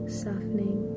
softening